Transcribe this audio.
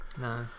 No